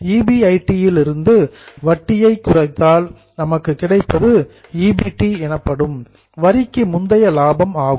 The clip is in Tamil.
ஈபிஐடி லிருந்து வட்டியை குறைத்தால் நமக்கு கிடைப்பது ஈபிடி எனப்படும் வரிக்கு முந்தைய லாபம் ஆகும்